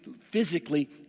physically